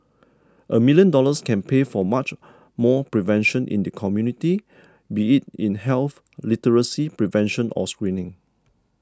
a million dollars can pay for much more prevention in the community be it in health literacy prevention or screening